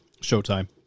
Showtime